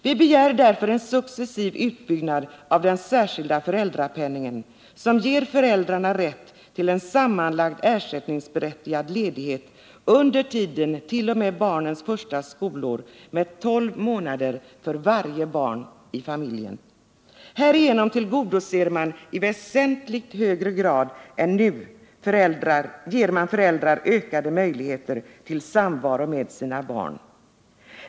Vi begär därför en successiv utbyggnad av den särskilda föräldrapenningen som ger föräldrarna rätt till en sammanlagd ersättningsberättigad ledighet under tiden t.o.m. barnens första skolår med 12 månader för varje barn i familjen. Härigenom ger man i väsentligt högre grad än nu föräldrar ökade möjligheter till samvaro med sina barn.